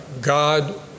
God